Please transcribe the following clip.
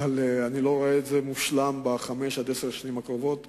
אבל אני לא רואה את זה מושלם בחמש עד עשר השנים הקרובות,